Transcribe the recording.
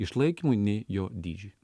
išlaikymui nei jo dydžiui